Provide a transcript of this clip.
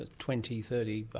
ah twenty, thirty,